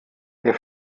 der